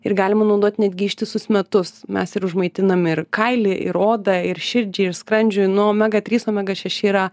ir galima naudot netgi ištisus metus mes ir užmaitinam ir kailį ir odą ir širdžiai ir skrandžiui nu omega trys omega šeši yra